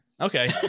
Okay